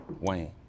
Wayne